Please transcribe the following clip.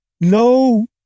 no